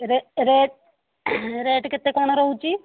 ରେ rate rate କେତେ କ'ଣ ରହୁଛି